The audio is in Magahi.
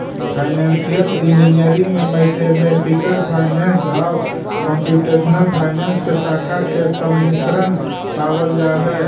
फाइनेंसियल इंजीनियरिंग में मैथमेटिकल फाइनेंस आउ कंप्यूटेशनल फाइनेंस के शाखा के सम्मिश्रण पावल जा हई